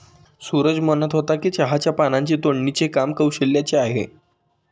सूरज म्हणत होता की चहाच्या पानांची तोडणीचे काम कौशल्याचे आहे